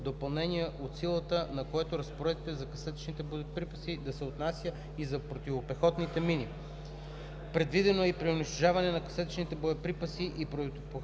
допълнение, по силата на което разпоредбите за касетъчните боеприпаси да се отнасят и за противопехотните мини. Предвидено е при унищожаване на касетъчни боеприпаси и противопехотни мини